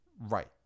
Right